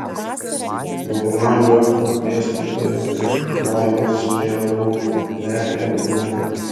dauguma leu dėstytojų nori jungtis prie vu ne prie vdu